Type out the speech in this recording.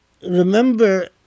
Remember